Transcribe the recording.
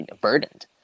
burdened